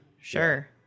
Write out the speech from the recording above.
sure